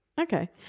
Okay